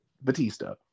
Batista